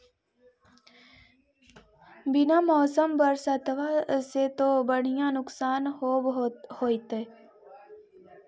बिन मौसम बरसतबा से तो बढ़िया नुक्सान होब होतै?